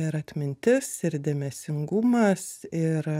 ir atmintis ir dėmesingumas ir